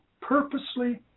purposely